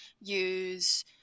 use